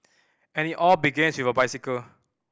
and it all begins with a bicycle